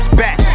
back